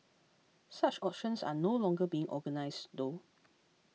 such auctions are no longer being organised though